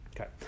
Okay